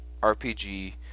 RPG